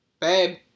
Babe